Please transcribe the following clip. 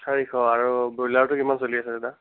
চাৰিশ আৰু ব্ৰইলাৰটো কিমান চলি আছে দাদা